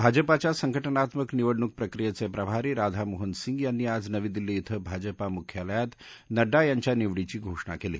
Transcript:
भाजपाच्या संघज्ञात्मक निवडणूक प्रक्रियेचे प्रभारी राधामोहन सिंग यांनी आज नवी दिल्ली इथं भाजपा मुख्यालयात नड्डा यांच्या निवडीची घोषणा केली